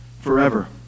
forever